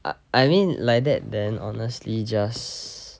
I I mean like that then honestly just